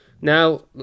Now